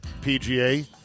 PGA